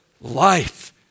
life